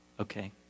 Okay